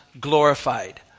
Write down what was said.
glorified